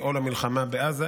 או למלחמה בעזה,